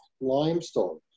limestone